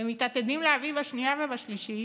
ומתעתדים להביא בקריאה השנייה ושלישית,